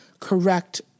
correct